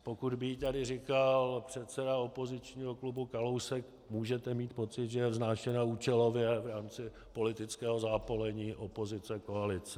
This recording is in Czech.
Pokud by ji tady říkal předseda opozičního klubu Kalousek, můžete mít pocit, že je vznášena účelově v rámci politického zápolení opozice koalice.